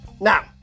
Now